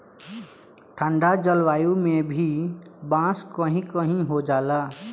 ठंडा जलवायु में भी बांस कही कही हो जाला